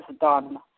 done